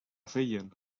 feien